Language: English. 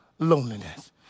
loneliness